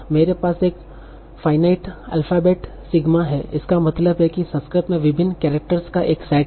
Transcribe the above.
मेरे पास एक फाइनाइट अल्फाबेट सिग्मा है इसका मतलब है कि संस्कृत में विभिन्न कैरक्टर्स का एक सेट है